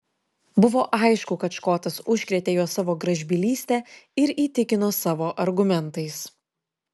buvo aišku kad škotas užkrėtė juos savo gražbylyste ir įtikino savo argumentais